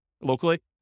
locally